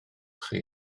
chi